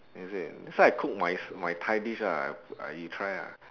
is it next time I cook my my Thai dish ah you try ah